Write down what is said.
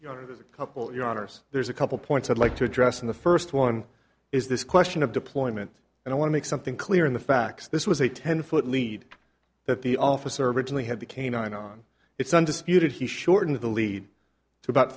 know couple your honors there's a couple points i'd like to address in the first one is this question of deployment and i want to make something clear in the facts this was a ten foot lead that the officer originally had the canine on it's undisputed he shortened the lead to about